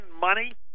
money